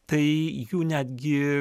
tai jų netgi